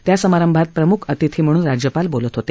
त्या समारंभात प्रम्ख अतिथी म्हणून राज्यपाल बोलत होते